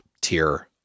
tier